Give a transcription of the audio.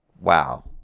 Wow